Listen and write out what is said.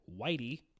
Whitey